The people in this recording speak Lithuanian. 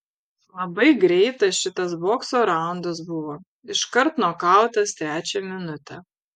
labai greitas šitas bokso raundas buvo iškart nokautas trečią minutę